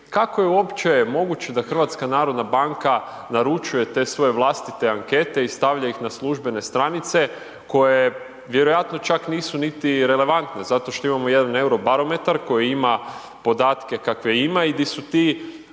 kako je uopće moguće da HNB naručuje te svoje vlastite ankete i stavlja ih na službene stranice koje vjerojatno čak nisu niti relevantne zato što imamo jedan Eurobarometar koji ima podatke kakve ima i di su ti,